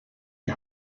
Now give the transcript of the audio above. die